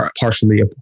partially